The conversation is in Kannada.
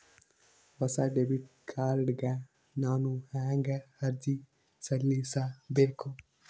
ಹೊಸ ಡೆಬಿಟ್ ಕಾರ್ಡ್ ಗ ನಾನು ಹೆಂಗ ಅರ್ಜಿ ಸಲ್ಲಿಸಬೇಕು?